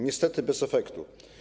Niestety bez efektu.